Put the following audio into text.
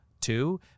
two